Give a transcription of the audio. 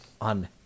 on